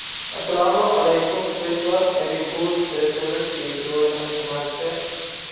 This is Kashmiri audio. السلامُ علیکُم تُہۍ چھِو حظ امی گوز restaurant K P road Anantnag پٮ۪ٹھ